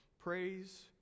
Praise